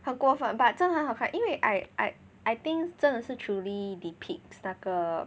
好过分 but 真的很好看因为 I I I think 真的是 truly depicts 那个